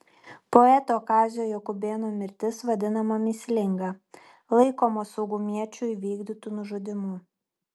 poeto kazio jakubėno mirtis vadinama mįslinga laikoma saugumiečių įvykdytu nužudymu